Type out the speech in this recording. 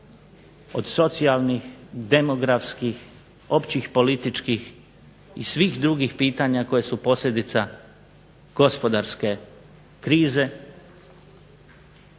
od socijalnih, demografskih općih političkih i svih drugih pitanja koji su posljedica gospodarske krize